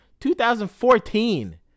2014